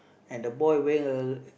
and the boy wearing a